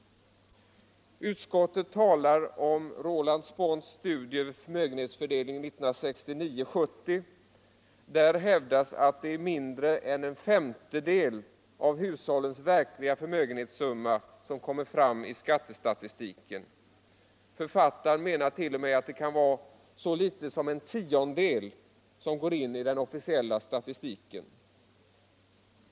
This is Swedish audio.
Utskottet talar om Roland Spånts studier över förmögenhetsfördelningen vid årsskiftet 1969-1970. Där hävdas att det är mindre än en femtedel av hushållens verkliga förmögenhetssumma som kommer fram i skattestatistiken. Författaren menar t.o.m. att det kan vara så litet som en tiondel som går in i den officiella statistiken.